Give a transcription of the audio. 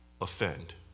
offend